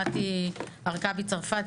מטי הרכבי צרפתי,